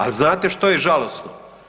A znate što je žalosno?